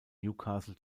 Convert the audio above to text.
newcastle